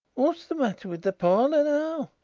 what's the matter with the parlour now?